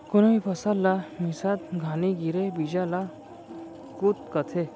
कोनो भी फसल ला मिसत घानी गिरे बीजा ल कुत कथें